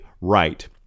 right